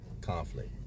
conflict